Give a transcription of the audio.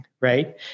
right